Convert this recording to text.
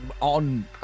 on